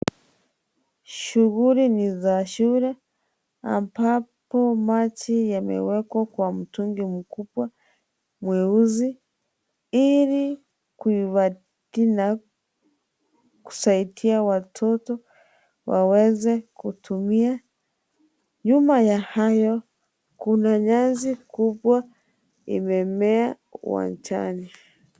Shughuli ni za shule, ambapo maji yamewekwa kwa mtungi mkubwa mweusi, ili kuhifadhiwa na kusaidia watoto waweze kutumia. Nyuma ya hayo, kuna nyasi kubwa imemea uwanjani.